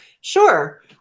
Sure